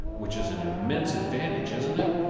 which is an immense advantage, isn't it?